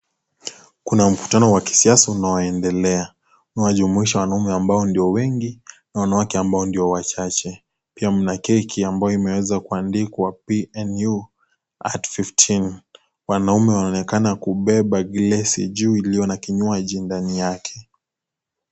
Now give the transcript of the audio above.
Kuna mkutano wa kisiasa unaoendelea, unajumuisha wanaume ambao ndio wengi na wanawake ambao ndio wachache, pia mna keki ambayo imeweza kuandikwa PNU at 15 , wanaume wanaonekana kubeba glesi juu iliyo na kinywaji ndani yake.